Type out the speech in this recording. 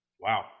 Wow